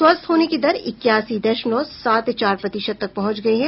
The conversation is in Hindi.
स्वस्थ होने की दर इक्यासी दशमलव सात चार प्रतिशत तक पहुंच गई है